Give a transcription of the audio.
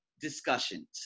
discussions